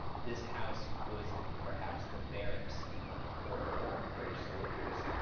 this house was perhaps the barracks for former british soldiers,